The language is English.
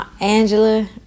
Angela